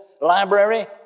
library